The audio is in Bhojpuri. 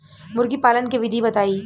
मुर्गीपालन के विधी बताई?